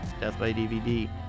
deathbydvd